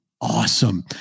awesome